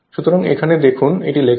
সুতরাং এখানে দেখুন এটি লেখা হয়েছে